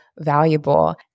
valuable